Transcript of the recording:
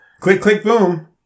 Click-click-boom